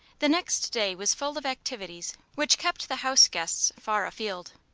the next day was full of activities which kept the house guests far afield.